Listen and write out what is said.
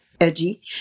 edgy